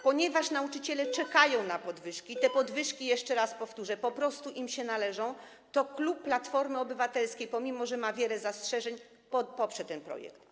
Ponieważ nauczyciele czekają na podwyżki - te podwyżki, jeszcze raz powtórzę, po prostu im się należą - to klub Platformy Obywatelskiej, pomimo że ma wiele zastrzeżeń, poprze ten projekt.